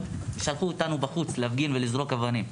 ושלחו אותנו החוצה להפגין ולזרוק אבנים.